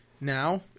now